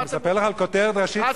הוא אומר את דעתו.